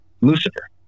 Lucifer